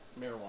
marijuana